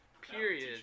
Period